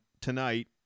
tonight